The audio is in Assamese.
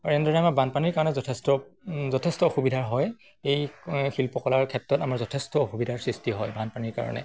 আৰু এনেধৰণে আমাৰ বানপানীৰ কাৰণে যথেষ্ট যথেষ্ট অসুবিধা হয় এই শিল্পকলাৰ ক্ষেত্ৰত আমাৰ যথেষ্ট অসুবিধাৰ সৃষ্টি হয় বানপানীৰ কাৰণে